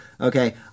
Okay